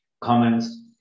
comments